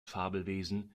fabelwesen